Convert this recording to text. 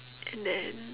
and then